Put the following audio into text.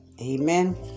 Amen